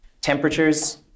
temperatures